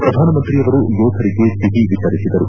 ಪ್ರಧಾನಮಂತ್ರಿಯವರು ಯೋಧರಿಗೆ ಸಿಹಿ ವಿತರಿಸಿದರು